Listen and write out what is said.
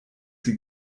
sie